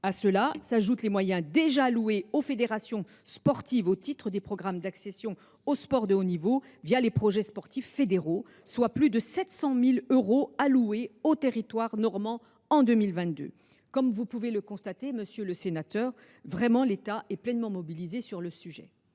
À cela s’ajoutent les moyens déjà alloués aux fédérations sportives au titre des programmes d’accession au sport de haut niveau les projets sportifs fédéraux, soit plus de 700 000 euros versés au territoire normand en 2022. Comme vous pouvez le constater, monsieur le sénateur, l’État est pleinement mobilisé sur le sujet.